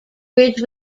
bridge